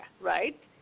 right